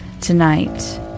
tonight